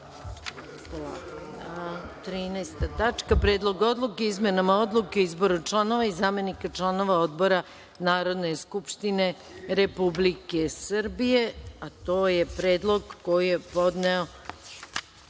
tačka - Predlog odluke o izmenama odluke o izboru članova i zamenika članova odbora Narodne skupštine Republike Srbije. To je predlog koji je podneo